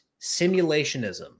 simulationism